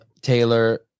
Taylor